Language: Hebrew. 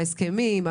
ההסכמים,